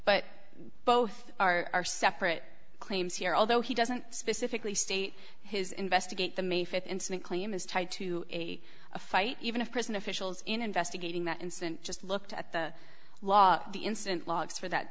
but both are separate claims here although he doesn't specifically state his investigate the may fifth incident claim is tied to a fight even if prison officials investigating that incident just looked at the law the instant logs for that